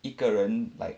一个人 like